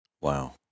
Wow